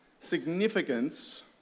significance